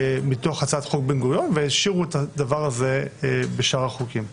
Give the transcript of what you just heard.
מתוך הצעת חוק בן-גוריון והשאירו את הדבר הזה בשאר החוקים.